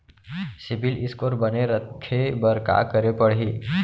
CIBIL score बने रखे बर का करे पड़ही?